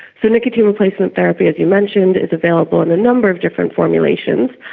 so nicotine replacement therapy, as you mentioned, is available in a number of different formulations.